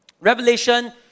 Revelation